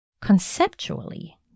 Conceptually